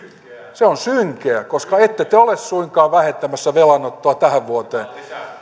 se on synkeä koska ette te ole suinkaan vähentämässä velanottoa suhteessa tähän vuoteen